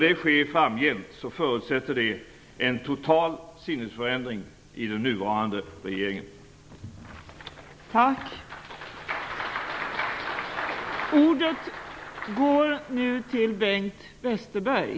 Det förutsätter en total sinnesförändring i den nuvarande regeringen, om detta skall kunna ske framgent.